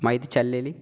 माहिती चाललेली